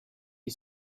you